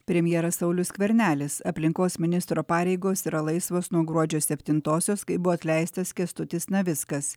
premjeras saulius skvernelis aplinkos ministro pareigos yra laisvos nuo gruodžio septintosios kai buvo atleistas kęstutis navickas